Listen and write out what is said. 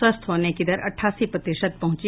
स्वस्थ होने की दर अट्ठासी प्रतिशत पहुंची